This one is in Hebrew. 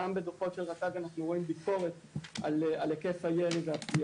גם בדוחות של רט"ג אנחנו רואים ביקורת על היקף הירי והפגיעה.